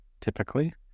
typically